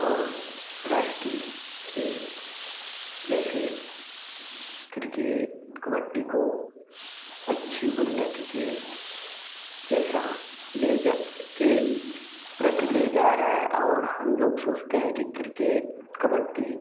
और राष्टीय खेल जैसे क्रिकेट कबड्डी को अच्छी उन्नति की जैसा ले जा के प्रति ले जा रहा और हम लोग सोचते हैं कि क्रिकेट कबड्डी